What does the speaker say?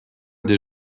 des